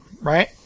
Right